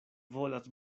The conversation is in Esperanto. volas